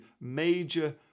major